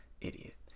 Idiot